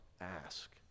ask